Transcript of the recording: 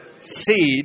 seed